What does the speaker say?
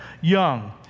Young